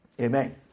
Amen